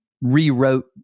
rewrote